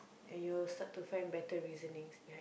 and you will start to find better reasonings ya